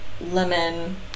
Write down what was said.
lemon